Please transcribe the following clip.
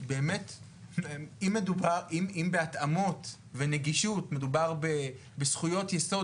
כי באמת אם בהתאמות ונגישות מדובר בזכויות יסוד